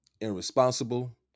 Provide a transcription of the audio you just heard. irresponsible